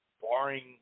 barring